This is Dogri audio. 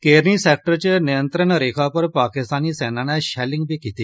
केरनी सेक्टर च नियंत्रण रेखा उप्पर पाकिस्तानी सेना नै शैलिंग बी कीती